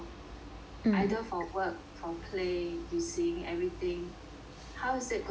either for work for play 旅行 everything how is it going to help